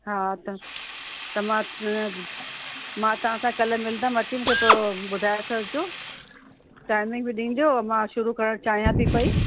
हा त त मां मां तव्हांखां कल्ह मिलदमि अची मूंखे पोइ ॿुधाए छॾिजो टाइमिंग ॿिन्हीनि जो मां शुरू करणु चाहियां थी पई